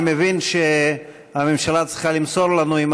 אני מבין שהממשלה צריכה למסור לנו אם